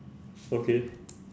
okay